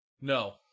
No